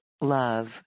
love